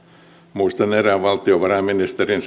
muistan erään valtiovarainministerin